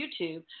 YouTube